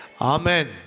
Amen